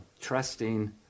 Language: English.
trusting